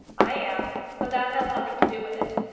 i am but that has nothing to do with it.